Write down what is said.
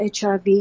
HIV